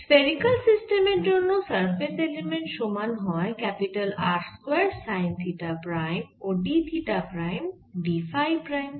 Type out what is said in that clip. spherical সিস্টেমের জন্য surface element সমান হয় R square sine theta prime ও d theta prime d phi prime